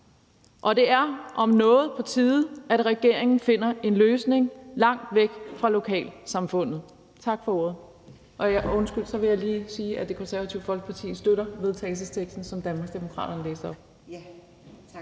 Og det er om noget på tide, at regeringen finder en løsning langt væk fra lokalsamfundet. Tak for ordet.